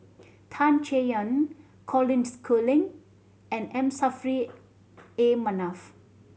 Tan Chay Yan Colin Schooling and M Saffri A Manaf